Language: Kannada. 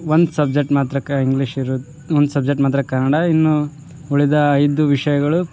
ಒಂದು ಸಬ್ಜೆಟ್ ಮಾತ್ರ ಇಂಗ್ಲೀಷ್ ಇರೋದ್ ಒಂದು ಸಬ್ಜೆಟ್ ಮಾತ್ರ ಕನ್ನಡ ಇನ್ನು ಉಳಿದ ಐದು ವಿಷಯಗಳು